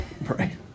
right